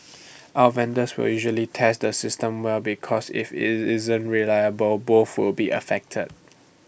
our vendors will usually test the systems well because if IT isn't reliable both will be affected